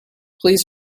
please